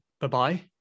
bye-bye